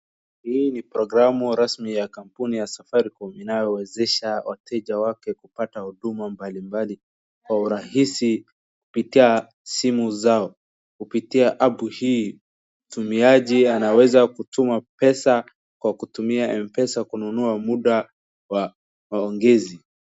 Hii ni programu rasmi ya kampuni ya Safaricom inayowezesha wateja wake kupata huduma mbalimbali kwa urahisi kupitia simu zao, kupitia app hii mtumiaji anaweza kutuma pesa kwa kutumia M-pesa kununua muda wa maongezi.